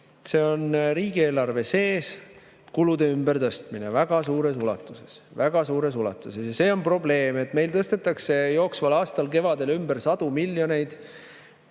See on riigieelarve sees kulude ümbertõstmine väga suures ulatuses. Väga suures ulatuses! Ja see on probleem, et meil tõstetakse jooksval aastal kevadel ümber sadu miljoneid,